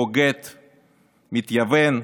בוגד ומתייוון,